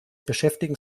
beschäftigen